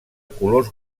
colors